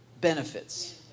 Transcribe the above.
benefits